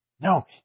No